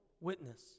witness